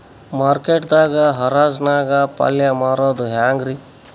Market ದಾಗ್ ಹರಾಜ್ ನಾಗ್ ಪಲ್ಯ ಮಾರುದು ಹ್ಯಾಂಗ್ ರಿ?